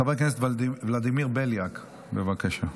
חבר הכנסת ולדימיר בליאק, בבקשה.